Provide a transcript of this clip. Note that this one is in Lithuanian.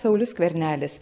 saulius skvernelis